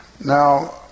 now